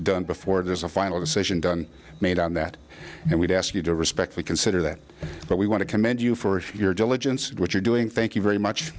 done before there's a final decision done made on that and we'd ask you to respect we consider that but we want to commend you for your diligence which you're doing thank you very much